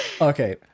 Okay